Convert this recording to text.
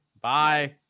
Bye